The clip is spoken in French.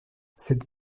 cette